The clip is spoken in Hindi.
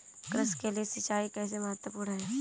कृषि के लिए सिंचाई कैसे महत्वपूर्ण है?